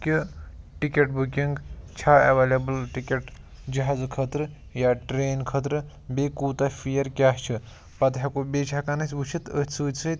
کہِ ticket booking چھا available ticket جَہازٕ خٲطرٕ یا ٹرٛین خٲطرٕ بیٚیہِ کوٗتاہ فِیر کیاہ چھِ پَتہٕ ہیٚکو بیٚیہِ چھِ ہیٚکان أسۍ وُچھِتھ أتھۍ سۭتۍ سۭتۍ